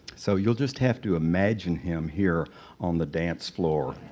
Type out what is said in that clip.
so you'll just have to imagine him here on the dance floor.